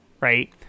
right